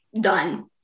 done